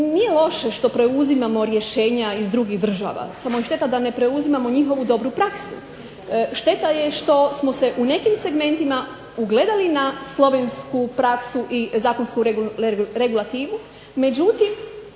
Nije loše što preuzimamo rješenja iz drugih država, samo je šteta da ne preuzimamo njihovu dobru praksu. Šteta je što smo se u nekim segmentima ugledali na slovensku praksu i zakonsku regulativu, međutim